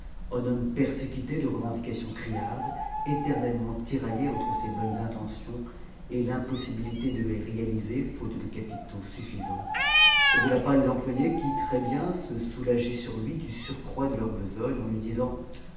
en homme persécuté de revendications criardes éternellement tiraillé entre ses bonnes intentions et l'impossibilité de les réaliser faute de capitaux suffisants et de la part des employés qui très bien se soulageaient sur lui du surcroît de leur besogne en lui disant